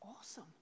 awesome